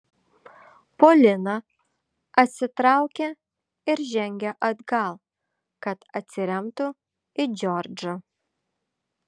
polina atsitraukė ir žengė atgal kad atsiremtų į džordžą